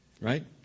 right